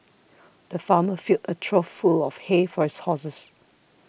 the farmer filled a trough full of hay for his horses